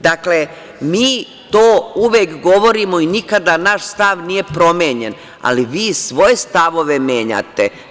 Dakle, mi to uvek govorimo i nikada naš stav nije promenjen, ali vi svoje stavove menjate.